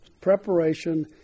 Preparation